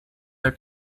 der